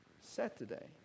Saturday